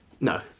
No